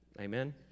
Amen